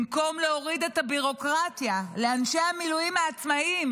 במקום להוריד את הביורוקרטיה לאנשי המילואים העצמאיים